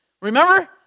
Remember